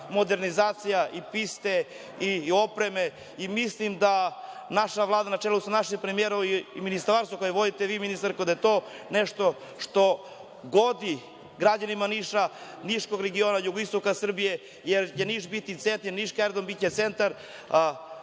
modernizacija i piste i opreme. Mislim da naša Vlada, na čelu sa našim premijerom i ministarstvo koje vodite vi, ministarka, da je to nešto što godi građanima Niša, niškog regiona, jugoistoka Srbije, jer će Niš biti centar i niški aerodrom biće centar